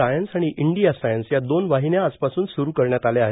science आणि India science या दोन वाहिन्या आजपासून सुरू करण्यात आल्या आहेत